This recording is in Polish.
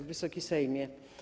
Wysoki Sejmie!